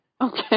okay